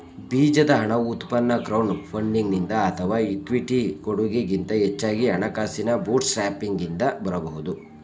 ಬೀಜದ ಹಣವು ಉತ್ಪನ್ನ ಕ್ರೌಡ್ ಫಂಡಿಂಗ್ನಿಂದ ಅಥವಾ ಇಕ್ವಿಟಿ ಕೊಡಗೆ ಗಿಂತ ಹೆಚ್ಚಾಗಿ ಹಣಕಾಸಿನ ಬೂಟ್ಸ್ಟ್ರ್ಯಾಪಿಂಗ್ನಿಂದ ಬರಬಹುದು